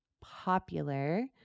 popular